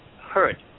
hurt